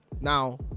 now